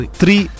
three